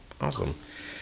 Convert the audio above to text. awesome